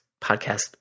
podcast